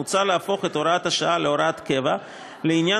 מוצע להפוך את הוראת השעה להוראת קבע לעניין